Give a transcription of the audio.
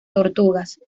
tortugas